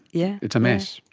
yeah it's a mess.